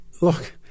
Look